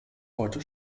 heute